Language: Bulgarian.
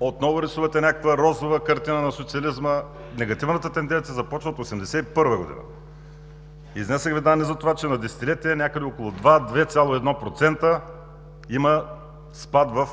Отново рисувате някаква розова картина на социализма. Негативната тенденция започва от 1981 г. Изнесох Ви данни за това, че за десетилетие някъде около 2 – 2,1% има спад в